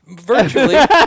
virtually